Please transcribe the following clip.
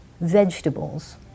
vegetables